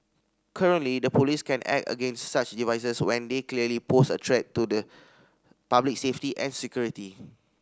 currently the police can act against such devices when they clearly pose a threat to the public safety and security